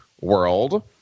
world